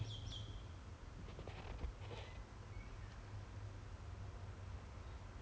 oh 我不知道 ah 现在 ya lor so then 还有什么那天